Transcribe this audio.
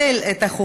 את מוזמנת לבוא